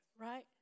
right